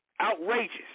outrageous